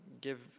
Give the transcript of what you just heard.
Give